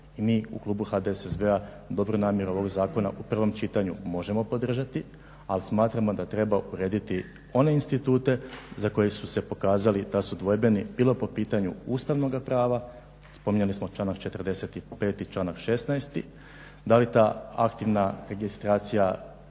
i mi u klubu HDSSB-a dobru namjeru ovog zakona u prvom čitanju možemo podržati ali smatramo da treba urediti one institute za koji su se pokazali da su dvojbeni bilo po pitanju ustavnoga prava, spominjali smo članak 45.članak 16.da li ta aktivna registracija